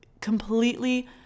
completely